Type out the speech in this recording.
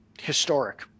Historic